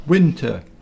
Winter